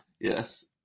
Yes